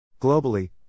Globally